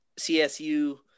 csu